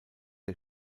der